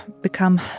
become